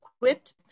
quit